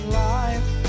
life